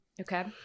Okay